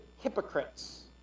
hypocrites